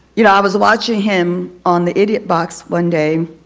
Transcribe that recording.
you know i was watching him on the idiot box one day,